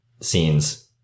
scenes